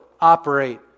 operate